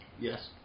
Yes